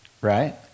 right